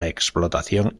explotación